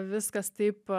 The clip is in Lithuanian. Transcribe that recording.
viskas taip